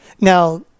Now